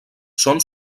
són